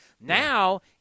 Now